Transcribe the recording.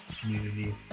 community